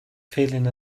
feeling